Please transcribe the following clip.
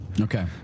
Okay